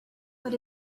what